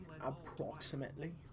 Approximately